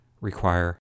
require